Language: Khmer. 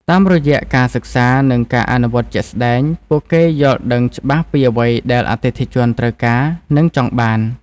តាមរយៈការសិក្សា និងការអនុវត្តជាក់ស្តែង ពួកគេយល់ដឹងច្បាស់ពីអ្វីដែលអតិថិជនត្រូវការ និងចង់បាន។